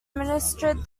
administered